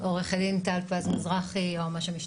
עו"ד טל פז מזרחי, יועמ"ש המשטרה.